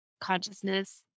consciousness